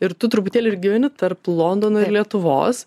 ir tu truputėlį ir gyveni tarp londono lietuvos